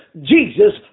Jesus